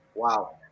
Wow